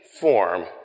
form